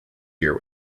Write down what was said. year